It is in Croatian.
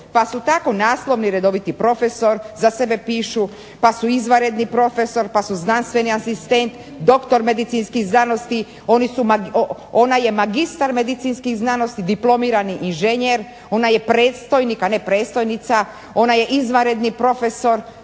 pa su tako naslovi redoviti profesor, za sebe pišu, pa su izvanredni profesor, pa su znanstveni asistent, doktor medicinskih znanosti, ona je magistar medicinskih znanosti, diplomirani inženjer, ona je predstojnik, a ne predstojnica, ona je izvanredni profesor